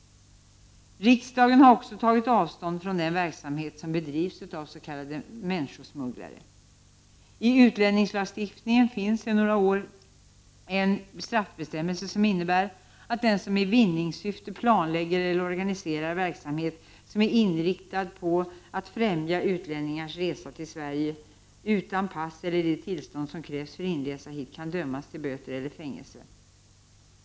Riksdagen har också tagit avstånd från den verksamhet som bedrivs av s.k. människosmugglare. I utlänningslagstiftningen finns sedan några år en straffbestämmelse som innebär att den som i vinningssyfte planlägger eller organiserar verksamhet som är inriktad på att främja att utlänningar reser till Sverige utan pass eller de tillstånd som krävs för inresa hit kan dömas till böter eller fängelse.